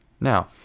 now